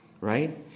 right